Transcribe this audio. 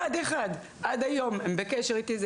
אחד אחד עד היום הם בקשר איתי.